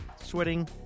sweating